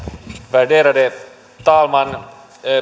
värderade talman